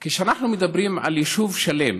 כשאנחנו מדברים על יישוב שלם